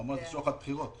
הוא אמר שזה שוחד בחירות.